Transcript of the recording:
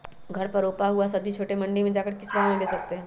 घर पर रूपा हुआ सब्जी छोटे मंडी में जाकर हम किस भाव में भेज सकते हैं?